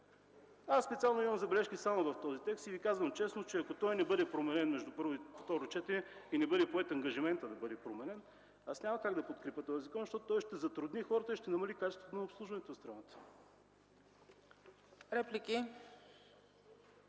Аз имам забележки само в този текст и Ви казвам честно, че ако той не бъде променен между първо и второ четене и не бъде поет ангажиментът да бъде променен, аз няма как да подкрепя този закон, защото той ще затрудни хората и ще намали качеството на обслужването в страната.